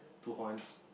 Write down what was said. two horns